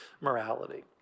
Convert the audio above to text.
morality